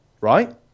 right